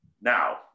Now